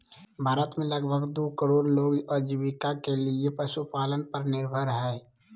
भारत में लगभग दू करोड़ लोग आजीविका के लिये पशुपालन पर निर्भर हइ